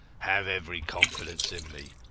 have every confidence in me,